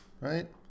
right